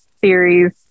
series